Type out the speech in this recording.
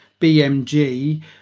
BMG